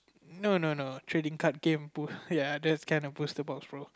no no no trading card game ya that's kinda poster box bro